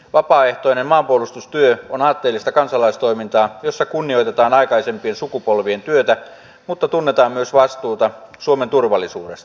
vapaaehtoinen maanpuolustustyö on aatteellista kansalaistoimintaa jossa kunnioitetaan aikaisempien sukupolvien työtä mutta tunnetaan myös vastuuta suomen turvallisuudesta